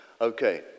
Okay